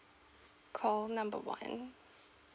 call number one